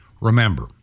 Remember